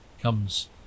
comes